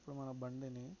ఎప్పుడూ మన బండిని